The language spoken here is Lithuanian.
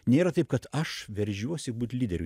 nėra taip kad aš veržiuosi būt lyderiu